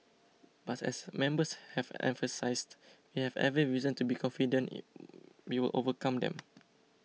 but as members have emphasised we have every reason to be confident we will overcome them